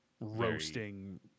roasting